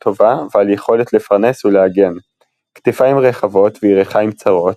טובה ועל יכולת לפרנס ולהגן – כתפיים רחבות וירכיים צרות,